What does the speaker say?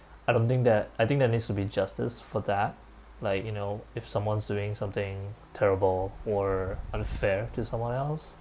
I don't think that I think there needs to be justice for that like you know if someone's doing something terrible or unfair to someone else